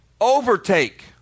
overtake